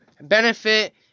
benefit